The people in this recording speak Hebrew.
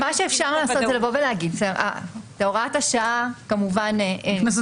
מה שאפשר לעשות זה לבוא ולהגיד שהוראת השעה כמובן נכנסת